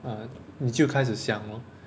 ah 你就开始想 lor